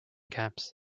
camps